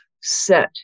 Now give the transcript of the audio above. set